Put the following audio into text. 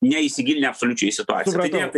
neįsigilinę absoliučiai į situaciją